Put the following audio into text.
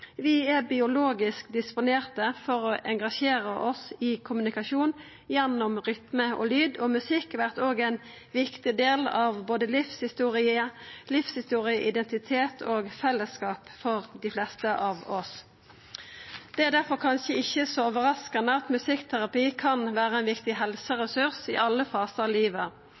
Vi er biologisk disponerte for å engasjera oss i kommunikasjon gjennom rytme og lyd, og musikk vert òg ein viktig del av både livshistorie, identitet og fellesskap for dei fleste av oss. Det er difor kanskje ikkje så overraskande at musikkterapi kan vera ein viktig helseressurs i alle fasar av livet.